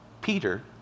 Peter